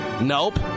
Nope